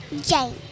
Jane